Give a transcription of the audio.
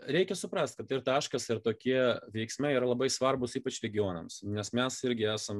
reikia suprast kad ir taškas ir tokie veiksmai yra labai svarbūs ypač regionams nes mes irgi esam